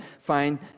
find